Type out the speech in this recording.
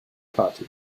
party